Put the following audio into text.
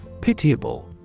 Pitiable